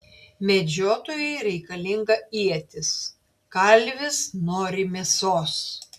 medžiotojui reikalinga ietis kalvis nori mėsos